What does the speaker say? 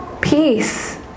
peace